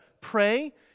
pray